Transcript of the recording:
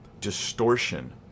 distortion